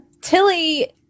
Tilly